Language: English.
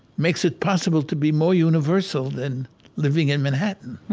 makes it possible to be more universal than living in manhattan.